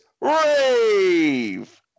Rave